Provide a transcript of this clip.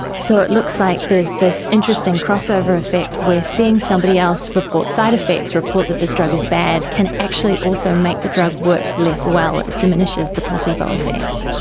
so it looks like there's this interesting crossover effect where seeing somebody else report side-effects, report that this drug is bad, can actually also make the drug work less well, it diminishes the placebo effect.